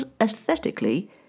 aesthetically